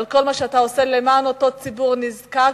על כל מה שאתה עושה למען אותו ציבור נזקק,